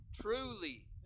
Truly